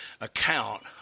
account